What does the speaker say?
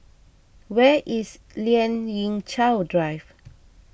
where is Lien Ying Chow Drive